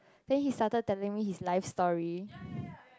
then he started telling me his life story